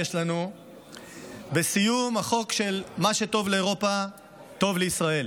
לנו בסיום החוק של "מה שטוב לאירופה טוב לישראל".